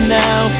now